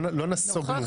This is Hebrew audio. לא נסוגנו.